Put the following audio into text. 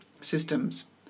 systems